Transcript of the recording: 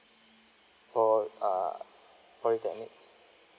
for uh polytechnic